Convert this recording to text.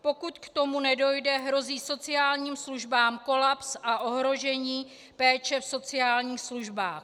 Pokud k tomu nedojde, hrozí sociálním službám kolaps a ohrožení péče v sociálních službách.